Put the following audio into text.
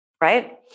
right